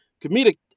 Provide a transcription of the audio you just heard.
comedic